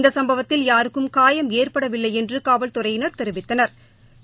இந்த சும்பவத்தில் யாருக்கும் காயம் ஏற்படவில்லை என்று காவல்துறையினா் தெரிவித்தனா்